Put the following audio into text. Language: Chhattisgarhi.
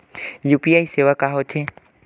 यू.पी.आई सेवा का होथे?